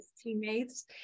teammates